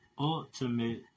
ultimate